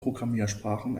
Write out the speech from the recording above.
programmiersprachen